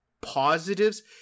positives